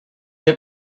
have